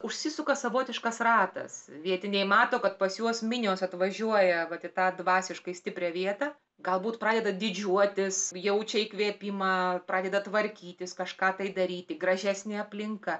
užsisuka savotiškas ratas vietiniai mato kad pas juos minijos atvažiuoja vat į tą dvasiškai stiprią vietą galbūt pradeda didžiuotis jaučia įkvėpimą pradeda tvarkytis kažką tai daryti gražesnė aplinka